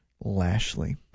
Lashley